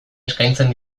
eskaintzen